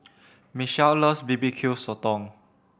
Michelle loves B B Q Sotong